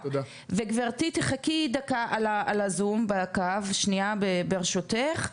וגברתי תחכי דקה על הזום בקו שנייה ברשותך,